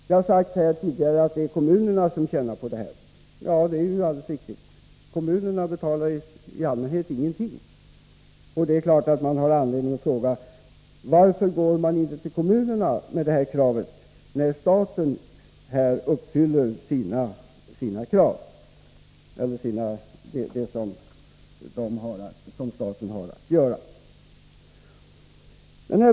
Det har sagts tidigare att det är kommunerna som tjänar på det här, och det är alldeles riktigt. Kommunerna betalar i allmänhet ingenting, och det är klart att det finns anledning att fråga varför man inte går till kommunerna med sina krav, när nu staten fullgör sina åtaganden.